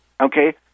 Okay